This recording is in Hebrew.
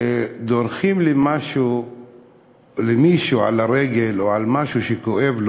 שכשדורכים למישהו על הרגל או על משהו שכואב לו,